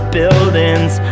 buildings